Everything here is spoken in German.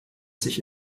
sich